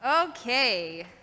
Okay